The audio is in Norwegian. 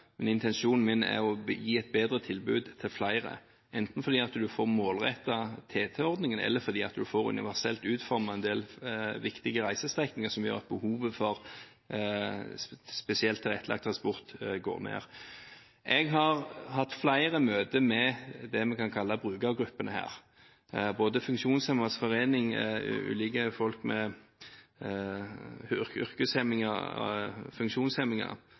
men intensjonen min er å gi et bedre tilbud til flere, enten fordi en får målrettet TT-ordningen, eller fordi en får universelt utformet en del viktige reisestrekninger som gjør at behovet for spesielt tilrettelagt transport går ned. Jeg har hatt flere møter med det vi kan kalle brukergruppene her, både Funksjonshemmedes Forening og folk med